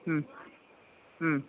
മ് മ്